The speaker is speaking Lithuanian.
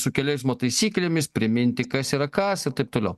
su kelių eismo taisyklėmis priminti kas yra kas ir taip toliau